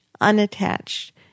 unattached